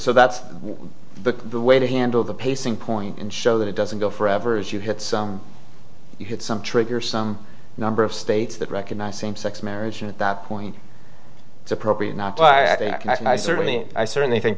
so that's the way to handle the pacing point and show that it doesn't go forever if you hit you hit some trigger some number of states that recognize same sex marriage at that point it's appropriate not to act and i certainly i certainly think